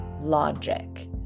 logic